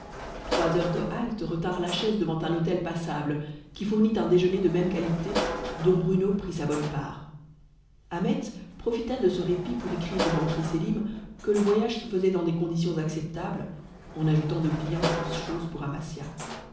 trois heures de halte retinrent la chaise devant un hôtel passable qui fournit un déjeûner de même qualité dont bruno prit sa bonne part ahmet profita de ce répit pour écrire au banquier sélim que le voyage se faisait dans des conditions acceptables en ajoutant de bien douces choses pour amasia